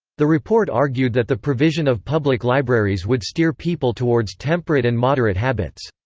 the report argued that the provision of public libraries would steer people towards temperate and moderate habits.